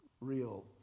real